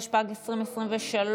התשפ"ג 2023,